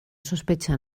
sospecha